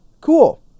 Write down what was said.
cool